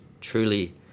truly